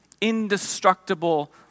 indestructible